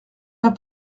pas